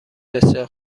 بسیار